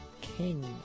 King